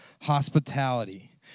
hospitality